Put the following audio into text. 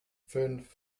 fünf